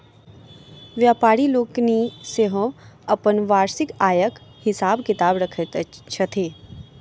व्यापारि लोकनि सेहो अपन वार्षिक आयक हिसाब किताब रखैत छथि